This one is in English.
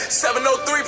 703